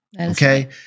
Okay